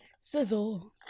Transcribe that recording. Sizzle